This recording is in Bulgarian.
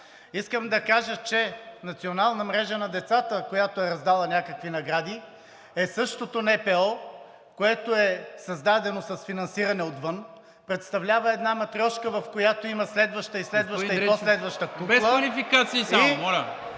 Искам да кажа, че Национална мрежа на децата, която е раздала някакви награди, е същото НПО, което е създадено с финансиране отвън, представлява една матрьошка, в която има следваща и следваща… ПРЕДСЕДАТЕЛ НИКОЛА МИНЧЕВ: Господин